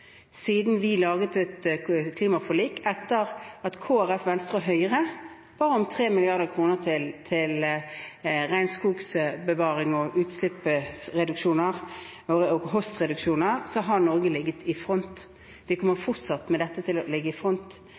Siden vi laget et klimaforlik, etter at Kristelig Folkeparti, Venstre og Høyre ba om 3 mrd. kr til regnskogbevaring, utslippsreduksjoner og kostreduksjoner, har Norge ligget i front. Vi kommer med dette fortsatt til å ligge i front.